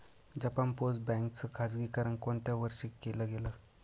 Japan post bank च खाजगीकरण कोणत्या वर्षी केलं गेलं?